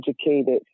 educated